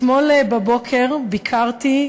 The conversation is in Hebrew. אתמול בבוקר ביקרתי,